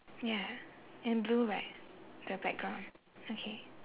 ya in blue right the background okay